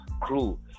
crew